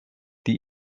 die